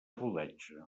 rodatge